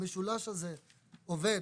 המשולש הזה - העובד,